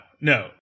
no